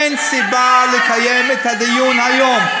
אין סיבה לקיים את הדיון היום.